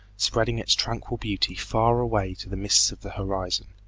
spreading its tranquil beauty far away to the mists of the horizon.